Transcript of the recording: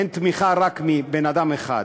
אין תמיכה רק מבן-אדם אחד,